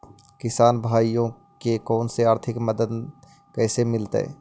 किसान भाइयोके कोन से आर्थिक मदत कैसे मीलतय?